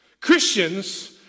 Christians